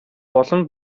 улам